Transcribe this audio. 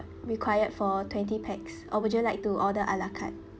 required for twenty pax or would you like to order ala carte